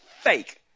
fake